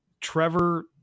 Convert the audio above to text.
Trevor